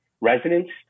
Residents